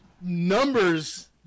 numbers